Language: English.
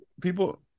people